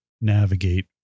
navigate